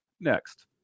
next